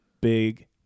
Big